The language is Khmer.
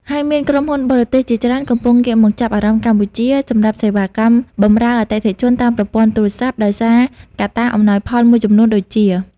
ហើយមាន ក្រុមហ៊ុនបរទេសជាច្រើនកំពុងងាកមកចាប់អារម្មណ៍កម្ពុជាសម្រាប់សេវាកម្មបម្រើអតិថិជនតាមប្រព័ន្ធទូរស័ព្ទ ដោយសារកត្តាអំណោយផលមួយចំនួនដូចជា៖